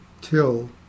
till